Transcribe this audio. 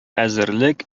әзерлек